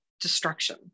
destruction